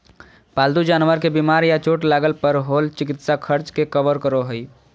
पालतू जानवर के बीमार या चोट लगय पर होल चिकित्सा खर्च के कवर करो हइ